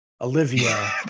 Olivia